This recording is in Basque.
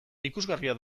ikusgarria